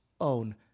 own